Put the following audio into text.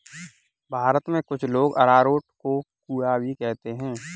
भारत में कुछ लोग अरारोट को कूया भी कहते हैं